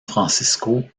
francisco